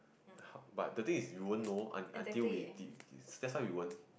h~ but the things is you won't know un~ until we did is his that's why you won't